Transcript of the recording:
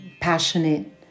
passionate